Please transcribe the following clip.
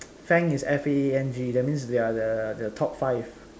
Faang is F A A N G that means they are the the top five